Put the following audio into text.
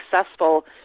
successful